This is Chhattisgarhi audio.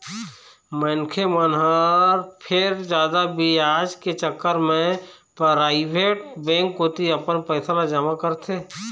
मनखे मन ह फेर जादा बियाज के चक्कर म पराइवेट बेंक कोती अपन पइसा ल जमा करथे